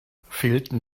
fehlten